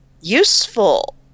Useful